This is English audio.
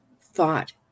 thought